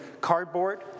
cardboard